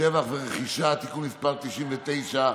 (שבח ורכישה) (תיקון מס' 99),